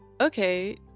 okay